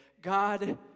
God